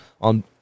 on